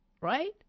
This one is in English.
right